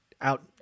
out